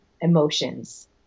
emotions